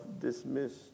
dismissed